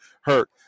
hurt